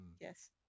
Yes